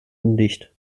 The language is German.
undicht